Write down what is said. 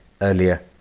earlier